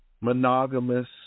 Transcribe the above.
monogamous